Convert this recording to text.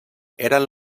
eran